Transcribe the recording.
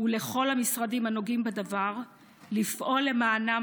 ולכל המשרדים הנוגעים בדבר לפעול למענם